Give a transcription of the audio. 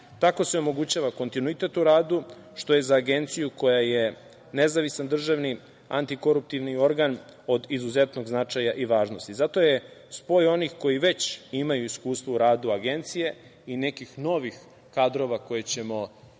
Tako se omogućava kontinuitet u radu, što je za Agenciju koja je nezavistan državni antikoruptivni organ od izuzetnog značaja i važnosti. Zato je spoj onih koji već imaju iskustvo u radu Agencije i nekih novih kadrova koje ćemo izabrati